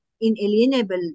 inalienable